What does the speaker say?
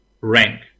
rank